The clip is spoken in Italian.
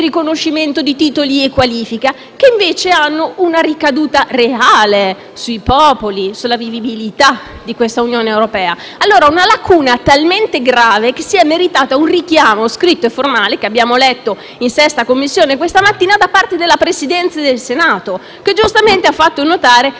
invece hanno una ricaduta reale sui popoli, sulla vivibilità di questa Unione europea. Si tratta di una lacuna talmente grave che si è meritata un richiamo scritto e formale, che abbiamo letto in 6a Commissione questa mattina, da parte della Presidente del Senato, che giustamente ha fatto notare che il decreto-legge, dal punto di